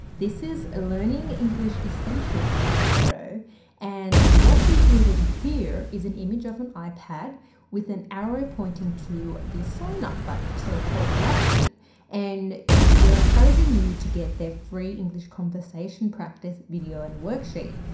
this is ah learning english essential's cover photo and what's included here is an image of an ipad with an arrow pointing to the sign-up button so a call to action and they are encouraging you to get their free english conversation practice video and worksheet.